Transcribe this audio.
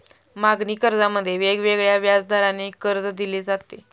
मागणी कर्जामध्ये वेगवेगळ्या व्याजदराने कर्ज दिले जाते